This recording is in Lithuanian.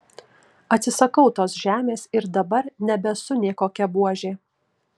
atsisakau tos žemės ir dabar nebesu nė kokia buožė